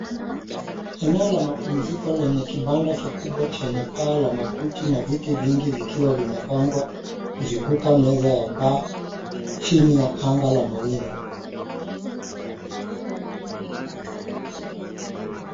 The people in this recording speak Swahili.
Eneo la mapumziko lenye kibanda kikubwa chenye paa la makuti na viti vingi vikiwa vimepangwa kuzunguka meza ya bar chini ya anga la mawingu.